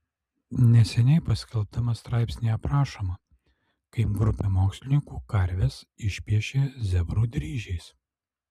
neseniai paskelbtame straipsnyje aprašoma kaip grupė mokslininkų karves išpiešė zebrų dryžiais